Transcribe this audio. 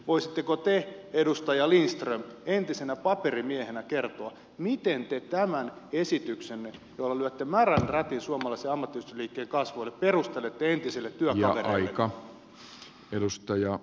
voisitteko te edustaja lindström entisenä paperimiehenä kertoa miten te tämän esityksenne jolla lyötte märän rätin suomalaisen ammattiyhdistysliikkeen kasvoille perustelette entisille työkavereillenne